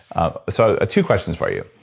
ah so two questions for you.